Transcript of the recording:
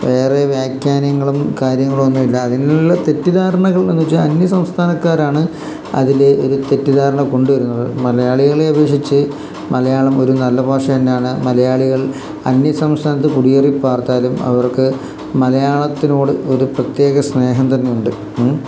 വേറെ വാഖ്യാനങ്ങളും കാര്യങ്ങളൊന്നുമില്ല അതിനുള്ള തെറ്റിദ്ധാരണകൾ എന്ന് വെച്ചാൽ അന്യ സംസ്ഥാനക്കാരാണ് അതിൽ ഒരു തെറ്റിദ്ധാരണ കൊണ്ട് വരുന്നത് മലയാളികളെ അപേക്ഷിച്ച് മലയാളം ഒരു നല്ല ഭാഷ തന്നെയാണ് മലയാളികൾ അന്യസംസ്ഥാനത്ത് കുടിയെറിപ്പാർത്താലും അവർക്ക് മലയാളത്തിനോട് ഒരു പ്രത്യേക സ്നേഹം തന്നെയുണ്ട്